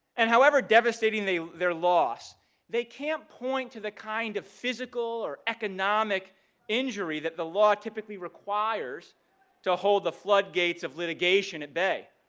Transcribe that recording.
and however devastating their loss they can't point to the kind of physical or economic injury that the law typically requires to hold the floodgates of litigation at bay.